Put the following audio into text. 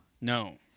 No